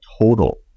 total